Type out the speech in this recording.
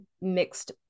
mixed